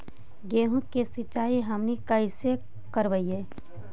गेहूं के सिंचाई हमनि कैसे कारियय?